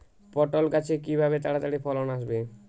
পটল গাছে কিভাবে তাড়াতাড়ি ফলন আসবে?